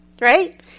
right